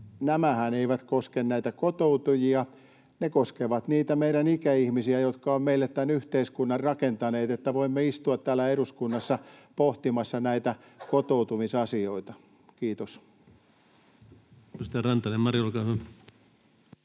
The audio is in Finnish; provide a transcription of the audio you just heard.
nämähän eivät koske näitä kotoutujia, vaan ne koskevat niitä meidän ikäihmisiä, jotka ovat meille tämän yhteiskunnan rakentaneet, että voimme istua täällä eduskunnassa pohtimassa näitä kotoutumisasioita. — Kiitos.